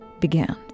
began